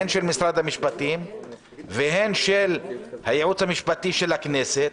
הן של משרד המשפטים והן של הייעוץ המשפטי של הכנסת,